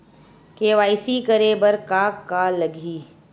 KYC करे बर का का लगही?